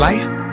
Life